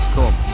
Cool